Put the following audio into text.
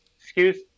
excuse